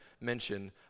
mention